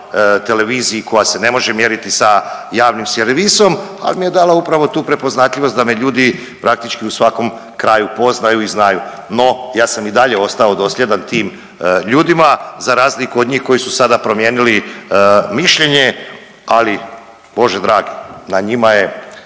televiziji koja se ne može mjeriti sa javnim servisom, al mi je dala upravo tu prepoznatljivost da me ljudi praktički u svakom kraju poznaju i znaju, no ja sam i dalje ostao dosljedan tim ljudima za razliku od njih koji su sada promijenili mišljenje, ali Bože dragi na njima je